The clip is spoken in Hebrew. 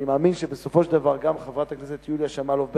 אני מאמין שבסופו של דבר גם חברת הכנסת יוליה שמאלוב-ברקוביץ